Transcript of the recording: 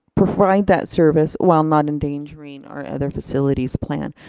provide that service while not endangering our other facilities plan.